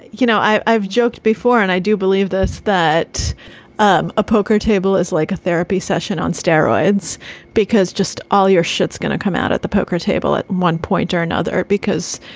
you know, i've i've joked before and i do believe this, that um a poker table is like a therapy session on steroids because just all your shit's going to come out at the poker table at one point or another because,